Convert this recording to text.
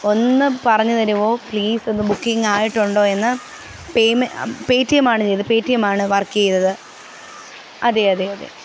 ഒന്ന് പറഞ്ഞു തരുമോ പ്ലീസ് അത് ബുക്കിംഗ് ആയിട്ടുണ്ടോയെന്ന് പേയ്മെ പേടിഎം ആണ് ചെയ്തേ പേടിഎം ആണ് വര്ക്ക് ചെയ്തത് അതെ അതെ അതെ